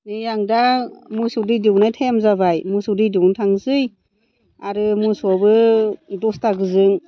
बे आं दा मोसौ दै दौनाय टाइम जाबाय मोसौ दै दौनो थांनोसै आरो मोसौआबो दसता गोजो